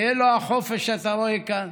זה לא החופש שאתה רואה כאן.